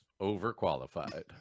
overqualified